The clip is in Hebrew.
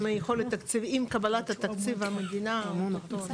עם קבלת תקציב המדינה או טו טו,